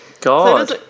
God